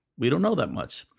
we don't know that much.